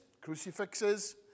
crucifixes